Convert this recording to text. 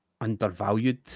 undervalued